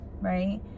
right